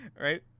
Right